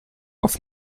auf